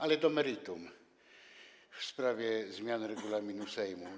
Ale do meritum, w sprawie zmiany regulaminu Sejmu.